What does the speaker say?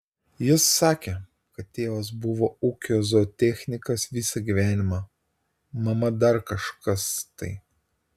jis sakė kad tėvas buvo ūkio zootechnikas visą gyvenimą mama dar kažkas tai